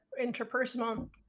interpersonal